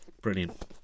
Brilliant